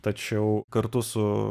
tačiau kartu su